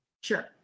Sure